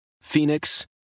Phoenix